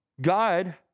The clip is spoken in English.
God